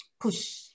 push